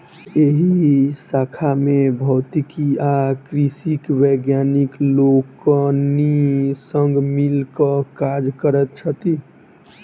एहि शाखा मे भौतिकी आ कृषिक वैज्ञानिक लोकनि संग मिल क काज करैत छथि